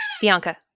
Bianca